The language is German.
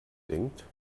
denkt